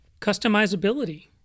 Customizability